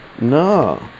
No